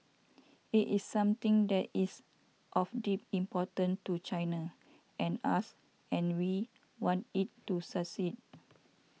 it is something that is of deep importance to China and us and we want it to succeed